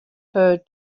her